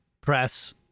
Press